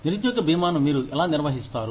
నిరుద్యోగ భీమాను మీరు ఎలా నిర్వహిస్తారు